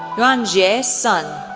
yuanjie ah sun,